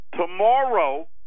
Tomorrow